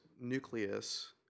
nucleus